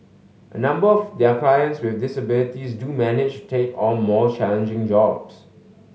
a number of their clients with disabilities do manage take on more challenging jobs